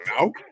no